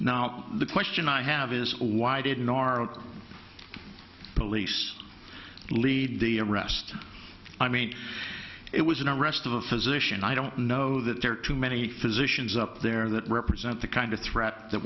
now the question i have is why didn't our police lead the arrest i mean it was an arrest of a physician i don't know that there are too many physicians up there that represent the kind of threat that